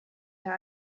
der